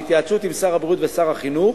בהתייעצות עם שר הבריאות ושר החינוך,